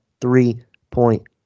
three-point